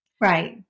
Right